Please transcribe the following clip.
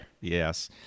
yes